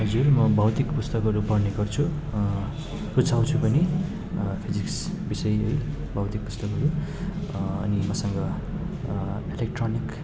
हजुर म भौतिक पुस्तकहरू पढ्ने गर्छु रुचाउँछु पनि फिजिक्स विषय है भौतिक पुस्तकहरू अनि मसँग इलेक्ट्रनिक